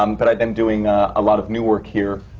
um but i've been doing a lot of new work here,